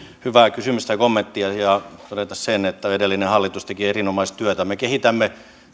hyvää kysymystä ja kommenttia ja todeta sen että edellinen hallitus teki erinomaista työtä me kehitämme